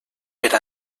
per